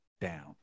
down